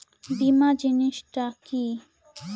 বীমা জিনিস টা কি?